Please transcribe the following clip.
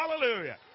Hallelujah